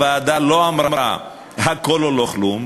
הוועדה לא אמרה "הכול או לא כלום",